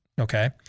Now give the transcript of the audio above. Okay